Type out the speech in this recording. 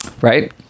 right